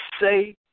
say